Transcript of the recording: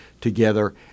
together